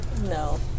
No